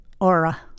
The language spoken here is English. aura